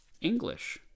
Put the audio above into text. English